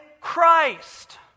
Christ